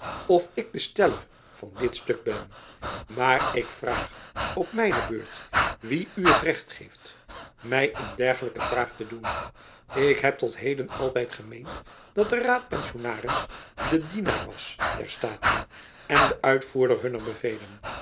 of ik de steller van dit stuk ben maar ik vraag op mijne beurt wie u het recht geeft my een dergelijke vraag te doen ik heb tot heden altijd gemeend dat de raadpensionaris de dienaar was der staten en de uitvoerder hunner bevelen